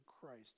Christ